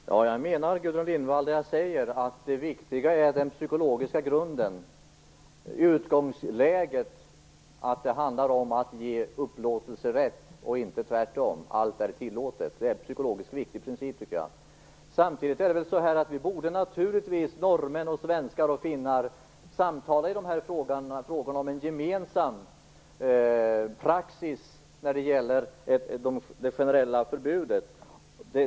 Fru talman! Jag menar det jag säger, Gudrun Lindvall. Det viktiga är den psykologiska grunden. Utgångsläget är att det handlar om att ge upplåtelserätt och inte tvärtom, dvs. allt är tillåtet. Jag tycker att det är en psykologiskt viktig princip. Samtidigt är det naturligtvis så att norrmän, svenskar och finländare borde samtala i de här frågorna om en gemensam praxis när det gäller det generella förbudet.